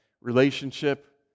relationship